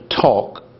talk